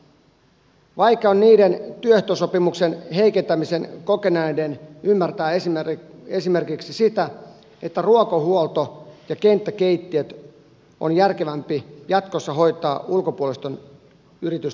vaikea on niiden työehtosopimuksen heikentämisen kokeneiden ymmärtää esimerkiksi sitä että ruokahuolto ja kenttäkeittiöt on järkevämpi jatkossa hoitaa ulkopuolisten yritysten toimesta